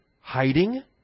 hiding